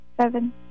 Seven